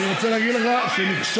אני רוצה להגיד לך שנכשלתי,